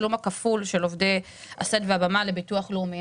התשלום הכפול לעובדי הסד והבמה לביטוח לאומי.